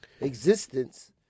existence